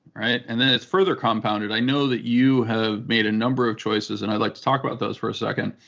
right? and then it's further compounded i know that you have made a number of choices, and i'd like to talk about those for a second,